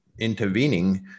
intervening